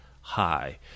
high